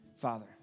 Father